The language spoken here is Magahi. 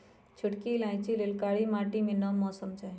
छोटकि इलाइचि लेल कारी माटि आ नम मौसम चाहि